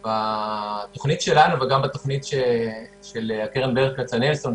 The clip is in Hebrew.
שבתוכנית שלנו וגם בתוכנית של קרן ברל כצנלסון,